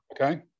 Okay